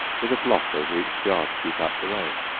with a block over each jar to keep out the rain.